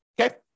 Okay